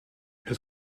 het